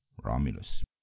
Romulus